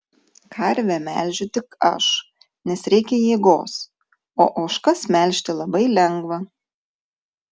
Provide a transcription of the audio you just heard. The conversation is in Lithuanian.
karvę melžiu tik aš nes reikia jėgos o ožkas melžti labai lengva